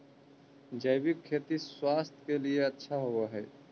जैविक खेती स्वास्थ्य के लिए अच्छा होवऽ हई